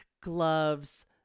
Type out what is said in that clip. gloves